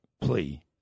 plea